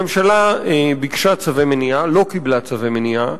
הממשלה ביקשה צווי מניעה, לא קיבלה צווי מניעה.